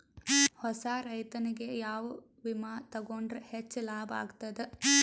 ಹೊಸಾ ರೈತನಿಗೆ ಯಾವ ವಿಮಾ ತೊಗೊಂಡರ ಹೆಚ್ಚು ಲಾಭ ಆಗತದ?